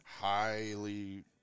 highly